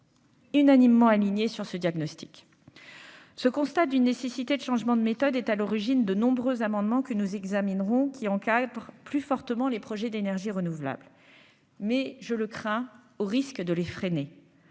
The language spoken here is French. unanimement aligné sur ce diagnostic, ce constat d'une nécessité de changement de méthode est à l'origine de nombreux amendements que nous examinerons qui encadre plus fortement les projets d'énergies renouvelables, mais je le crains, au risque de les freiner